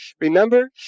remember